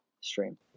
stream